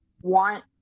want